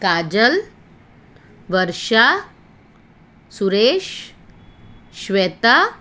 Kajal Varsha Suresh Shweta